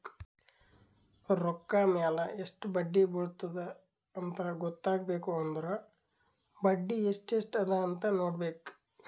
ರೊಕ್ಕಾ ಮ್ಯಾಲ ಎಸ್ಟ್ ಬಡ್ಡಿ ಬಿಳತ್ತುದ ಅಂತ್ ಗೊತ್ತ ಆಗ್ಬೇಕು ಅಂದುರ್ ಬಡ್ಡಿ ಎಸ್ಟ್ ಎಸ್ಟ್ ಅದ ಅಂತ್ ನೊಡ್ಕೋಬೇಕ್